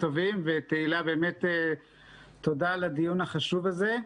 תהלה, באמת תודה על הדיון החשוב הזה.